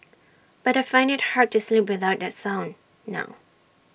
but I find IT hard to sleep without the sound now